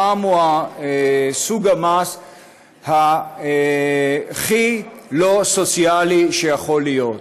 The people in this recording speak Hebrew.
המע"מ הוא סוג המס הכי לא סוציאלי שיכול להיות.